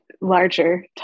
larger